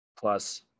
plus